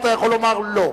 אתה יכול לומר לא,